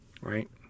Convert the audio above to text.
Right